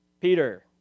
Peter